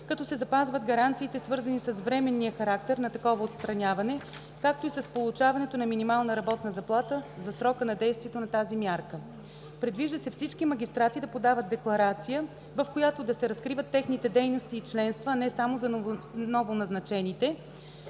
като се запазват гаранциите, свързани с временния характер на такова отстраняване, както и с получаването на минимална работна заплата за срока на действието на тази мярка. Предвижда се всички магистрати да подават декларация, в която да се разкриват техните дейности и членства, а не само за новоназначените,